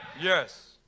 Yes